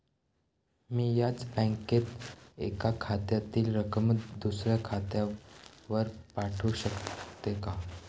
मी याच बँकेत एका खात्यातील रक्कम दुसऱ्या खात्यावर पाठवू शकते का?